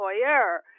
employer